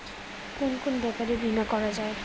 কুন কুন ব্যাপারে বীমা করা যায়?